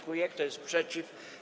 Kto jest przeciw?